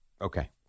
Okay